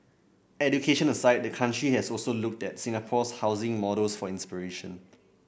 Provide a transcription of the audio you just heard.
education aside the country has also looked that Singapore's housing models for inspiration